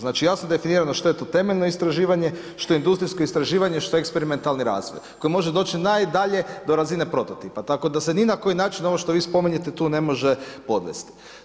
Znači jasno je definirano što je to temeljno istraživanje, što industrijsko istraživanje, što eksperimentalni razvoj koji može doći najdalje do razine prototipa tako da se ni na koji način ovo što vi spominjete tu ne može podvesti.